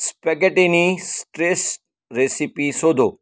spaghettini stress recipe શોધો